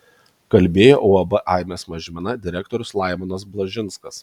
kalbėjo uab aibės mažmena direktorius laimonas blažinskas